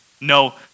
no